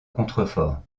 contrefort